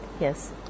yes